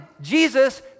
Jesus